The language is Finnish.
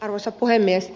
arvoisa puhemies